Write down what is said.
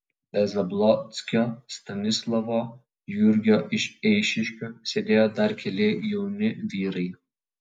be zablockio stanislovo jurgio iš eišiškių sėdėjo dar keli jauni vyrai